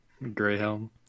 Greyhelm